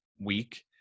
week